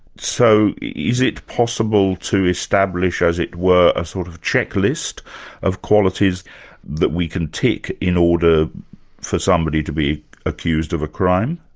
so is it possible to establish, as it were, a sort of checklist of qualities that we can tick in order for somebody to be accused of a crime?